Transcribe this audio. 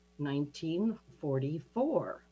1944